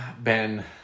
Ben